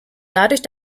dadurch